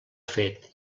fet